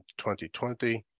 2020